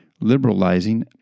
liberalizing